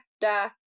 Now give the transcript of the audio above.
da